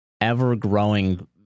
ever-growing